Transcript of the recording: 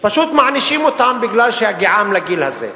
פשוט מענישים אותם בגלל הגיעם לגיל הזה.